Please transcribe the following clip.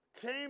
came